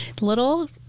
little